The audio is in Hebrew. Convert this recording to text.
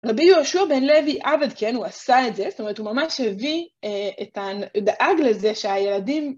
רבי יהושע בן לוי עבד כן, הוא עשה את זה, זאת אומרת הוא ממש הביא את ה.. דאג לזה שהילדים